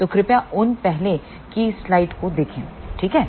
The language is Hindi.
तो कृपया उन पहले की स्लाइड्स को देखें ठीक है